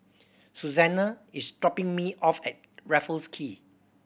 Susana is dropping me off at Raffles Quay